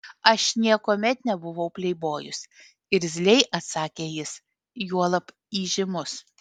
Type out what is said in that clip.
aš niekuomet nebuvau pleibojus irzliai atsakė jis juolab įžymus